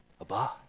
Abba